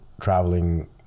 traveling